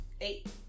Eight